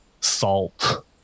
salt